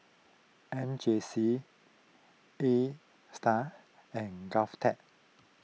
M J C A Star and Govtech